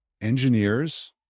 engineers